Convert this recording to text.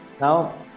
Now